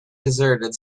deserted